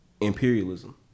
imperialism